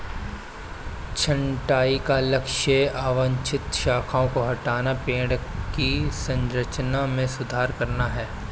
छंटाई का लक्ष्य अवांछित शाखाओं को हटाना, पेड़ की संरचना में सुधार करना है